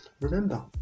remember